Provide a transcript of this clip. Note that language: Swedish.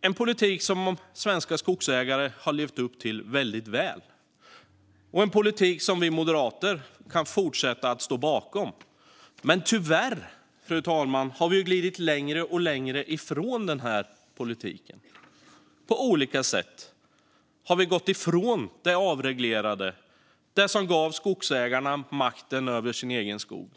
Det är en politik som svenska skogsägare har levt upp till väldigt väl och en politik som vi moderater kan fortsätta att stå bakom. Men tyvärr har man glidit längre och längre ifrån den politiken, fru talman. På olika sätt har man gått ifrån det avreglerade - det som gav skogsägarna makten över sin egen skog.